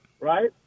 Right